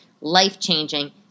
life-changing